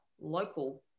local